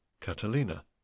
Catalina